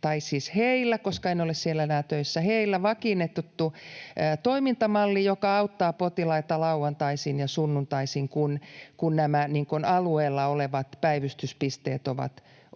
tai siis heillä, koska en ole siellä enää töissä — vakiinnutettu toimintamalli, joka auttaa potilaita lauantaisin ja sunnuntaisin, kun alueella olevat päivystyspisteet